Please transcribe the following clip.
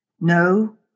no